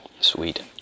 Sweet